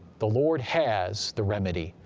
the lord has the remedy.